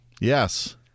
Yes